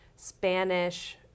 Spanish